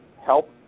help